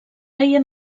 feia